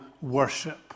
worship